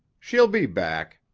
she'll be back.